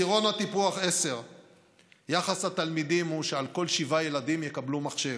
בעשירון הטיפוח 10 יחס התלמידים הוא שעל כל שבעה ילדים יקבלו מחשב.